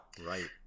right